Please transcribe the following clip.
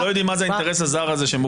אנחנו לא יודעים מה האינטרס הזר הזה שמוחבא.